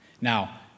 Now